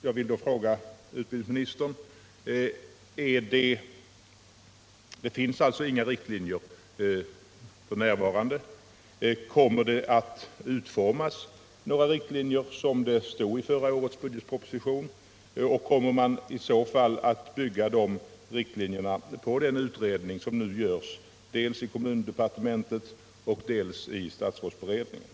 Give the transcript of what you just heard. Det finns alltså inga riktlinjer f. n. Jag vill därför fråga utbildningsministern: Kommer det att utformas några riktlinjer, som det står i förra årets budgetproposition, och kommer man i så fall att bygga de riktlinjerna på den utredning som nu görs dels i kommundepartementet, dels i statsrådsberedningen?